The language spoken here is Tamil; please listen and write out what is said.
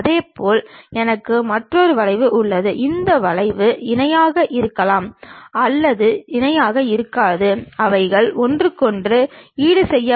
அதைப்போலவே பக்கவாட்டு தோற்றமும் பக்கவாட்டு தளம் அல்லது ப்ரொபைல் தளத்தில் எறியப்படுகிறது